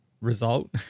result